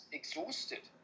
exhausted